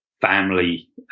family